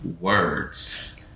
words